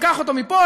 ניקח אותו מפה,